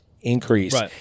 increase